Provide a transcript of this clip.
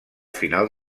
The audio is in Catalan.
final